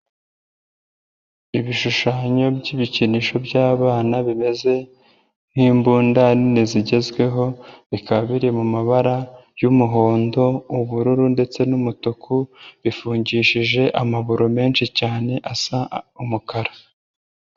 Ibishushanyo by'ibikinisho by'abana bimeze nk'imbunda nini zigezweho bikaba biri mu mabara y'umuhondo, ubururu ndetse n'umutuku, bifungishije amaburo menshi cyane asa umukara.